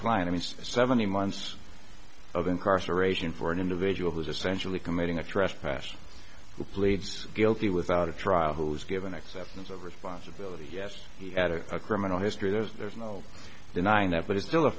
client he's seventy months of incarceration for an individual who's essentially committing a trespass who pleads guilty without a trial who's given acceptance of responsibility yes he had a criminal history there's no denying that but it's still a